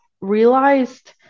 realized